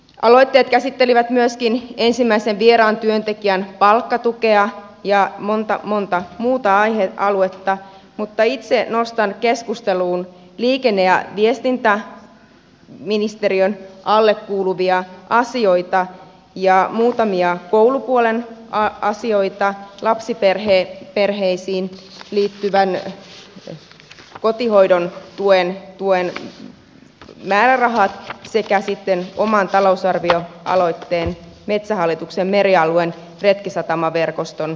aloitteet käsittelivät myöskin ensimmäisen vieraan työntekijän palkkatukea ja montaa montaa muuta aihealuetta mutta itse nostan keskusteluun liikenne ja viestintäministeriön alle kuuluvia asioita ja muutamia koulupuolen asioita lapsiperheisiin liittyvän kotihoidon tuen määrärahat sekä sitten oman talousarvioaloitteen metsähallituksen merialueen retkisatamaverkoston rahoituksesta